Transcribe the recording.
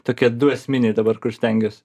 tokie du esminiai dabar kur stengiuos